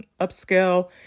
upscale